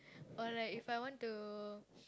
or like if I want to